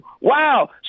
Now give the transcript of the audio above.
wow